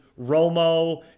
romo